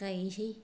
गायनोसै